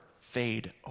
fade